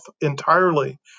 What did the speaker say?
entirely